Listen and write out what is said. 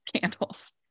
candles